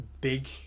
big